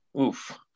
Oof